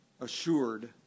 assured